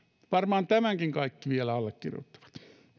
varmaan tämänkin kaikki vielä allekirjoittavat